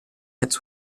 quatre